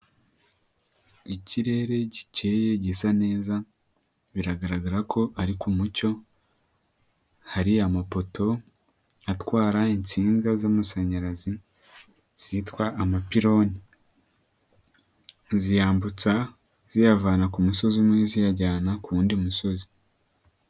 Ikirere gikeye gisa neza biragaragara ko ari ku mucyo hariya amapoto atwara insinga z'amashanyarazi, zitwa amapironi ziyambutsa ziyavana ku musozi umwe, ziyajyana ku wundi musozi.